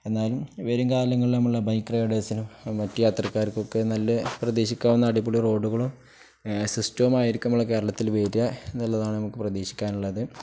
എന്നാലും വെരും കാലങ്ങളിൽ നമ്മള ബൈക്ക് റൈഡേഴ്സിനും മറ്റ് യാത്രക്കാർക്കൊക്കെ നല്ല പ്രതീക്ഷിക്കാവുന്ന അടിപൊളി റോഡുകളും സിസ്റ്റവമായിരിക്കും നമ്മെ കേരളത്തില്ൽ വേര് എന്നുള്ളതാണ് നമുക്ക് പ്രതീക്ഷിക്കാനുള്ളത്